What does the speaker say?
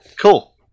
Cool